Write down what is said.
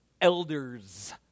elders